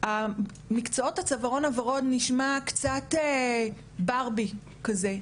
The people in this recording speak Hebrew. "מקצועות הצווארון הוורוד" נשמע קצת 'ברבי' כזה.